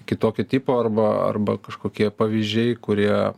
kitokio tipo arba arba kažkokie pavyzdžiai kurie